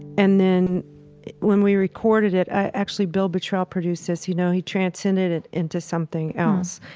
and then when we recorded it, actually bill bottrell produced this, you know, he transcended it into something else.